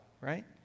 right